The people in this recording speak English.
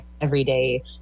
everyday